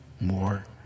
more